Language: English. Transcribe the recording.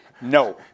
no